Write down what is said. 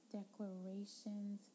declarations